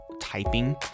typing